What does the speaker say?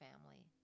family